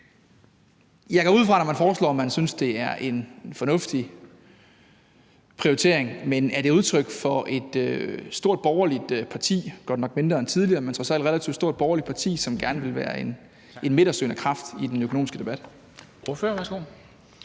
Jeg går ud fra, at man, når man foreslår det, synes, det er en fornuftig prioritering, men er det udtryk for et stort borgerligt parti – godt nok mindre end tidligere, men trods alt et relativt stort borgerligt parti – der gerne vil være en midtersøgende kraft i den økonomiske debat? Kl.